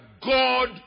God